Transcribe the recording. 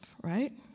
right